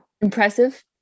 impressive